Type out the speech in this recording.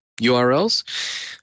URLs